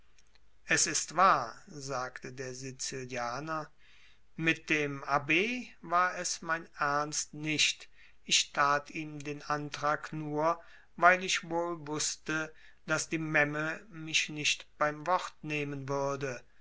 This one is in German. es ist wahr sagte der sizilianer mit dem abb war es mein ernst nicht ich tat ihm den antrag nur weil ich wohl wußte daß die memme mich nicht beim wort nehmen würde